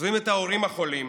עוזבים את ההורים החולים,